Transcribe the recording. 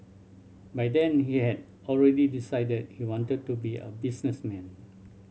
by then he had already decided he wanted to be a businessman